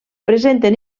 presenten